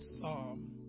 psalm